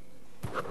תודה רבה.